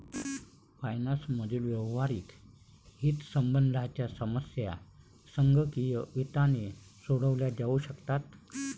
finance मधील व्यावहारिक हितसंबंधांच्या समस्या संगणकीय वित्ताने सोडवल्या जाऊ शकतात